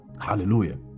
Hallelujah